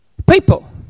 people